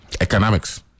Economics